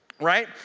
right